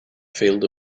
field